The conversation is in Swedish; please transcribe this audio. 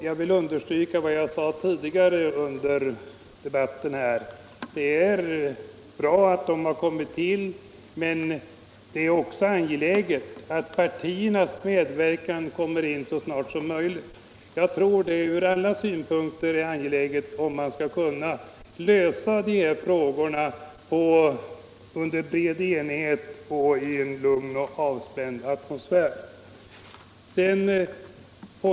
Jag vill understryka vad jag sade tidigare under debatten, nämligen att det är bra att de har kommit till, men det är också angeläget att partiernas medverkan kommer in så snart som möjligt. Jag tror att detta från alla synpunkter är nödvändigt, om man skall kunna lösa dessa problem i bred enighet och i en lugn och avspänd atmosfär.